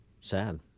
Sad